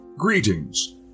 Greetings